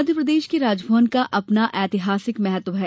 मध्य प्रदेश के राजभवन का अपना ऐतिहासिक महत्व है